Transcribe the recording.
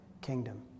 kingdom